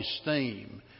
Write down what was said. esteem